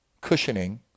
cushioning